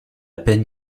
peine